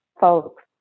folks